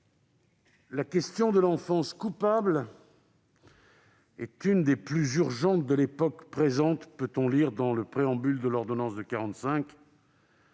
La question de l'enfance coupable est une des plus urgentes de l'époque présente », peut-on lire dans le préambule de l'ordonnance de 1945